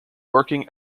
working